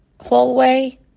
hallway